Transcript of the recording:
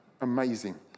amazing